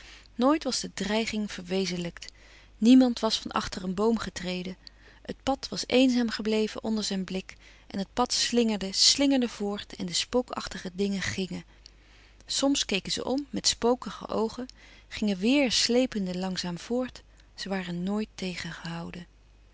nooit was de dreiging verwezenlijkt niemand was van achter een boom getrelouis couperus van oude menschen de dingen die voorbij gaan den het pad was eenzaam gebleven onder zijn blik en het pad slingerde slingerde voort en de spookachtige dingen gingen sms keken ze om met spokige oogen gingen weêr slepende langzaam voort ze waren nooit tegengehouden